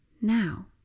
now